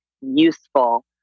useful